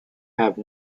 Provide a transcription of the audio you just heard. have